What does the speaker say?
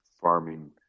farming